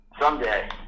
Someday